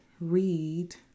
read